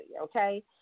okay